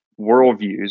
worldviews